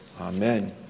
Amen